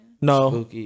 No